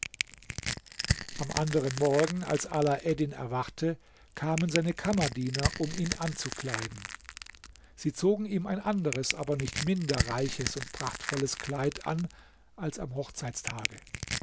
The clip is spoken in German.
am anderen morgen als alaeddin erwachte kamen seine kammerdiener um ihn anzukleiden sie zogen ihm ein anderes aber nicht minder reiches und prachtvolles kleid an als am hochzeitstage